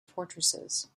fortresses